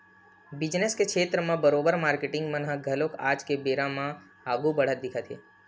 business के छेत्र म बरोबर मारकेटिंग मन ह घलो आज के बेरा म आघु बड़हत दिखत हे